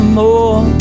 more